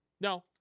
No